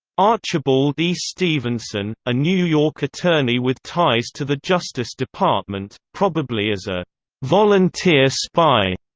archibald e. stevenson, a new york attorney with ties to the justice department, probably as a volunteer spy,